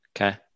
Okay